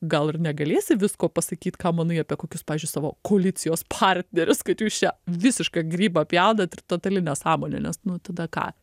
gal ir negalėsi visko pasakyt ką manai apie kokius pavyzdžiui savo koalicijos partnerius kad jūs čia visišką grybą pjaunat ir totali nesąmonė nes nu tada ką